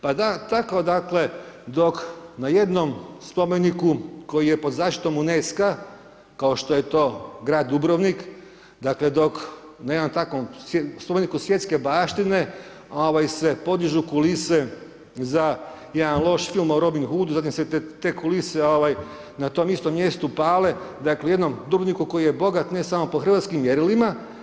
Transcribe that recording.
Pa da, tako dakle, dok na jednom spomeniku koji je pod zaštitom UNESCO-a, kao što je to grad Dubrovnik, dakle, dok na jednom takvom spomeniku svjetske baštine se podižu kulise za jedan loš film o Robin Hudu, zatim se te kulise na tom istom mjestu pale, dakle, jednom Dubrovniku koji je bogat ne samo po hrvatskim mjerilima.